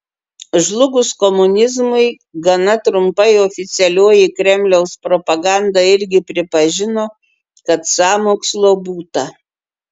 žlugus komunizmui gana trumpai oficialioji kremliaus propaganda irgi pripažino kad sąmokslo būta